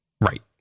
Right